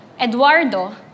Eduardo